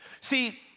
See